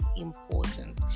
important